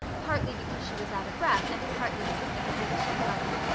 partly because she was out of breath and partly because they had reached the buggy.